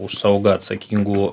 už saugą atsakingų